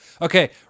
okay